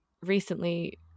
recently